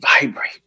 vibrate